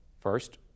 First